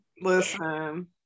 Listen